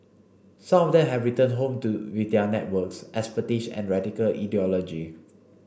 some of them have returned home to with their networks expertise and radical ideology